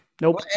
nope